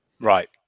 Right